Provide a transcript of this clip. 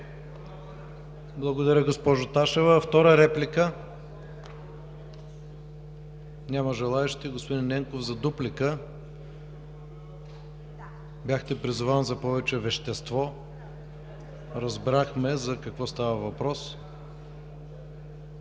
Благодаря, госпожо Ташева.